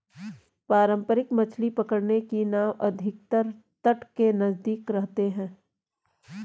पारंपरिक मछली पकड़ने की नाव अधिकतर तट के नजदीक रहते हैं